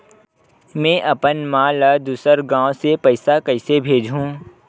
में अपन मा ला दुसर गांव से पईसा कइसे भेजहु?